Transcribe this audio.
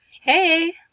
Hey